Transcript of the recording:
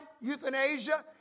euthanasia